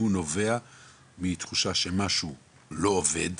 אם הוא נובע מתחושה שמשהו לא עובד,